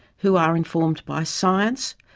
who are informed by science,